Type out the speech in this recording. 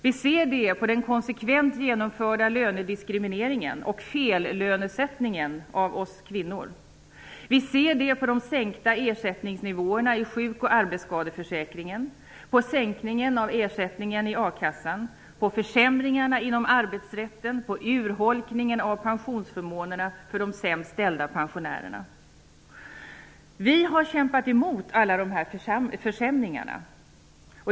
Vi ser det på den konsekvent genomförda lönediskrimineringen och fellönesättningen av oss kvinnor. Vi ser det på de sänkta ersättningsnivåerna i sjuk och arbetsskadeförsäkringen, på sänkningen av ersättningen i a-kassan, på försämringarna inom arbetsrätten och på urholkningen av pensionsförmånerna för de sämst ställda pensionärerna. Vi har kämpat emot alla de här försämringarna.